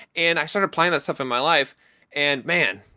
and i started applying that stuff in my life and, man,